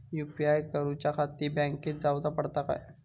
UPI करूच्याखाती बँकेत जाऊचा पडता काय?